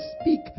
speak